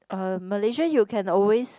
uh Malaysia you can always